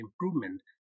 improvement